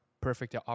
perfect